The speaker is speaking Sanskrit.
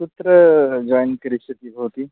कुत्र जोय्न् करिष्यति भवती